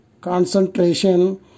concentration